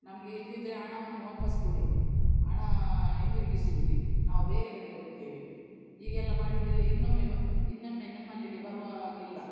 ನಮಗೆ ಇಲ್ಲದಿದ್ರೆ ಹಣವನ್ನು ವಾಪಸ್ ಕೊಡಿ ಹಣಾ ಹಿಂದಿರುಗಿಸಿಬಿಡಿ ನಾವು ಬೇರೆ ಕಡೆಗೆ ಹೋಗ್ತೇವೆ ಹೀಗೆಲ್ಲ ಮಾಡಿದರೆ ಇನ್ನೊಮ್ಮೆ ಬ ಇನ್ನೊಮ್ಮೆ ನಿಮ್ಮಲ್ಲಿಗೆ ಬರುವ ಹಾಗಿಲ್ಲ